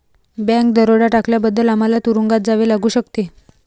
bank दरोडा टाकल्याबद्दल आम्हाला तुरूंगात जावे लागू शकते